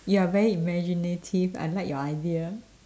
you are very imaginative I like your idea